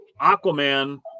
Aquaman